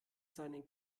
seinen